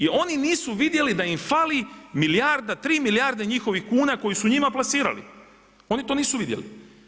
I oni nisu vidjeli da im fali milijarda, 3 milijarde njihovih kuna koji su njima plasirali, oni to nisu vidjeli.